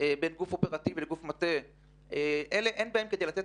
של גוף המטה למישור טכנולוגי נפרד מהמישור החקירתי אין בהם כדי לתת